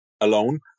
alone